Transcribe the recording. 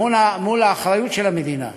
מול האחריות של המדינה.